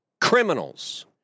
criminals